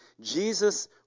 Jesus